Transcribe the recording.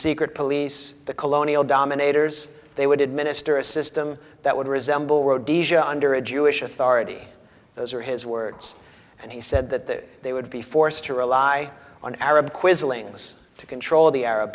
secret police the colonial dominators they would administer a system that would resemble rhodesia under a jewish authority those are his words and he said that they would be forced to rely on arab quislings to control the arab